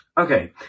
Okay